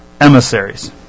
emissaries